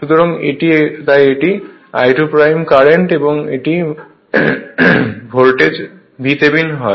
সুতরাং তাই এটি I2 কারেন্ট এবং এটি ভোল্টেজ VThevenin হয়